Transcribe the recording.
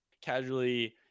casually